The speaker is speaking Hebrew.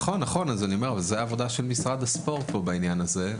נכון, וזוהי העבודה של משרד הספורט, בעניין הזה.